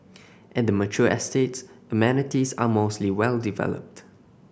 at the mature estates amenities are mostly well developed